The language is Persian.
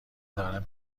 دارم